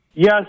Yes